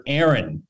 Aaron